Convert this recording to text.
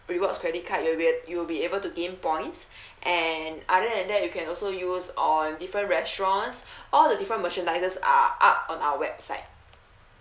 rewards credit card you'll be able to gain points and other than that you can also use on different restaurants all the different merchandises are up on our website